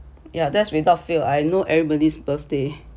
yeah that's without fail I know everybody's birthday